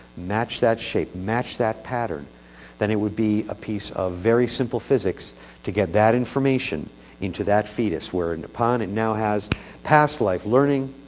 match that shape match that pattern then it would be a piece of very simple physics to get that information into that fetus, whereupon it now has past-life learning.